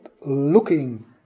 looking